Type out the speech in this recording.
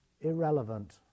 irrelevant